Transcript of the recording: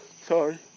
sorry